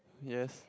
yes